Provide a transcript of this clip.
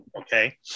okay